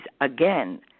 Again